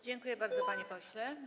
Dziękuję bardzo, panie pośle.